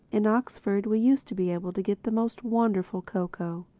in oxford we used to be able to get the most wonderful cocoa.